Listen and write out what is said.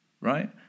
right